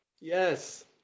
yes